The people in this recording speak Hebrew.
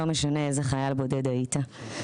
לא משנה איזה חייל בודד היית.